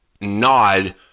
nod